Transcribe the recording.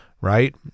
right